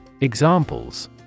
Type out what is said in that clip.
Examples